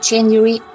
January